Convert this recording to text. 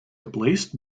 replaced